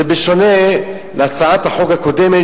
זה שונה מהצעת החוק הקודמת,